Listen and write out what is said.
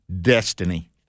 destiny